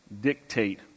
dictate